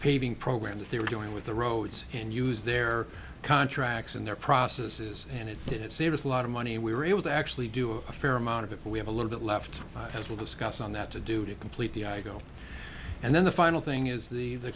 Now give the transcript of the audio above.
paving program that they were doing with the roads and use their contracts and their processes and it did save us a lot of money we were able to actually do a fair amount of if we have a little bit left as we discussed on that to do to complete the i go and then the final thing is the